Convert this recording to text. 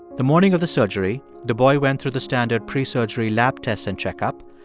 the morning of the surgery, the boy went through the standard pre-surgery lab tests and check-up,